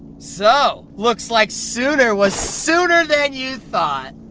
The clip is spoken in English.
so, looks like sooner was sooner than you thought!